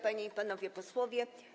Panie i Panowie Posłowie!